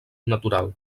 natural